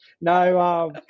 No